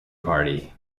party